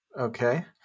Okay